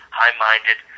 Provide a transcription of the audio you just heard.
high-minded